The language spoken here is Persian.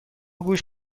گوش